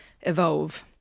evolve